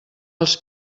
els